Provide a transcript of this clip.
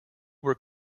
were